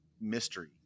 mystery